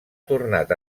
tornat